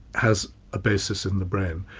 has a basis in the brain,